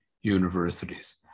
universities